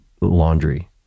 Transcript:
laundry